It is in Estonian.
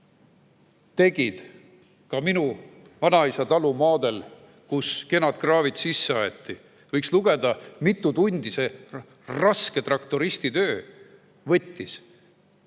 tegid, ka minu vanaisa talu maadel, kus kenad kraavid sisse aeti. Võiks lugeda, mitu tundi see traktoristi raske töö võttis.